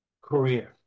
career